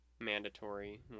mandatory